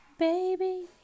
Baby